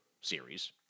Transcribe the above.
series